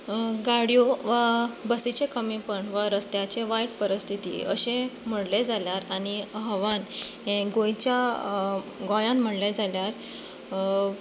गाडयो वा बसींचें कमीपण वा रस्त्याची वायट परिस्थिती अशें म्हणलें जाल्यार आनी आव्हान हें गोंयच्या गोंयान म्हणलें जाल्यार